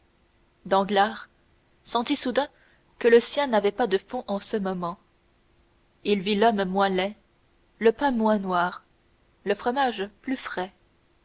danglars sentit soudain que le sien n'avait pas de fonds en ce moment il vit l'homme moins laid le pain moins noir le fromage plus frais